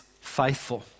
faithful